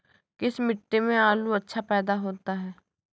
किस मिट्टी में आलू अच्छा पैदा होता है?